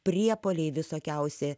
priepuoliai visokiausi